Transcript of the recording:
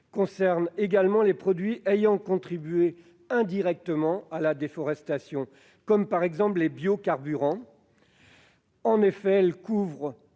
concerne également les produits ayant contribué indirectement à la déforestation, comme les biocarburants. En effet, elle couvre